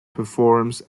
performs